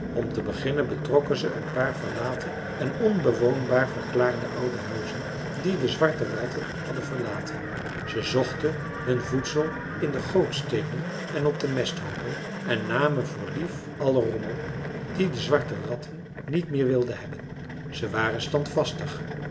om te beginnen betrokken ze een paar verlaten en onbewoonbaar verklaarde oude huizen die de zwarte ratten hadden verlaten zij zochten hun voedsel in de gootsteenen en op mesthoopen en namen voor lief allen rommel die de zwarte ratten niet meer wilden hebben ze waren